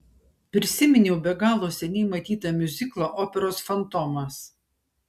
prisiminiau be galo seniai matytą miuziklą operos fantomas